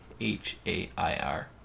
h-a-i-r